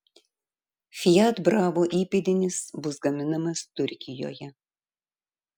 fiat bravo įpėdinis bus gaminamas turkijoje